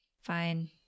Fine